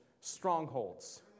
strongholds